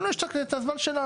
לנו יש את הזמן שלנו.